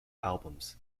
albums